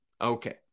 Okay